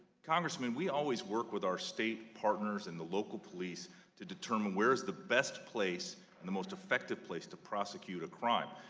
congressman we always work with our state partners and the local police to determine where is the best place in the most effective place to prosecute a crime.